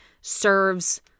serves